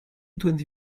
twenty